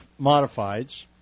modifieds